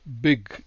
big